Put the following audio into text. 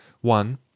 one